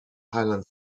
highlands